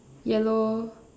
yellow